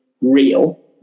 real